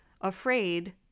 Afraid